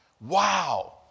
Wow